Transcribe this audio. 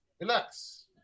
Relax